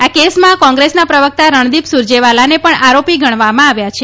આ કેસમાં કોંગ્રેસના પ્રવક્તા રણદીપ સુરજેવાલાને પણ આરોપી ગણવામાં આવ્યા છે